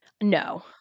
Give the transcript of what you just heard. No